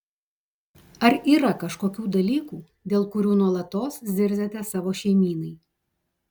ar yra kažkokių dalykų dėl kurių nuolatos zirziate savo šeimynai